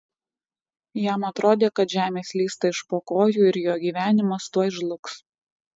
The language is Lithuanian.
jam atrodė kad žemė slysta iš po kojų ir jo gyvenimas tuoj žlugs